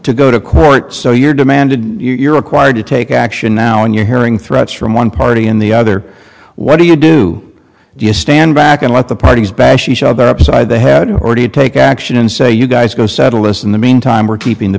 to go to court so you're demanded and you're required to take action now when you're hearing threats from one party in the other what do you do do you stand back and let the parties bash each other upside the head or do you take action and say you guys go settle this in the meantime we're keeping the